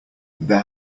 there